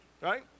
right